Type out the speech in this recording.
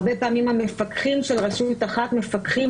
הרבה פעמים המפקחים של רשות אחת מפקחים